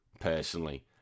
personally